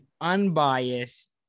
unbiased